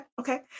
Okay